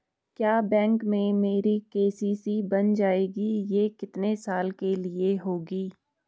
क्या बैंक में मेरी के.सी.सी बन जाएगी ये कितने साल के लिए होगी?